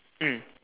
mm